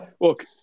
look